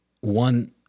one